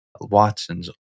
Watson's